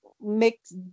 mix